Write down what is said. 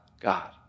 God